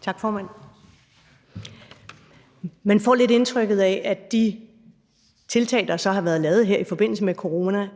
Tak, formand. Man får lidt indtrykket af, at de tiltag, der så har været lavet her i forbindelse med coronaen,